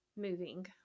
moving